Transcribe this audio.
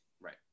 Right